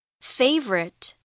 Favorite